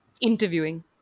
interviewing